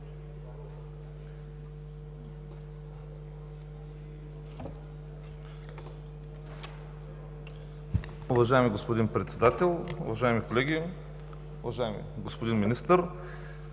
Уважаеми господин Председател, уважаеми колеги, уважаеми господин Министър!